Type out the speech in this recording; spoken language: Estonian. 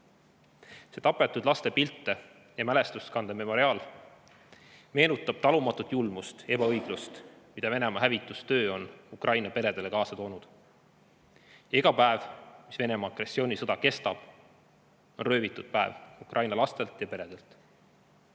See tapetud laste pilte ja mälestust kandev memoriaal meenutab talumatut julmust ja ebaõiglust, mida Venemaa hävitustöö on Ukraina peredele kaasa toonud. Iga päev, mil Venemaa agressioonisõda kestab, on röövitud päev Ukraina lastelt ja